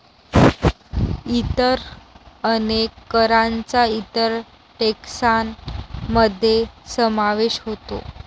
इतर अनेक करांचा इतर टेक्सान मध्ये समावेश होतो